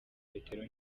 petero